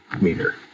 meter